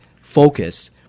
focus